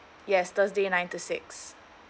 yes thursday nine to six